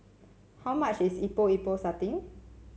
how much is Epok Epok Sardin